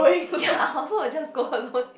ya I also will just go alone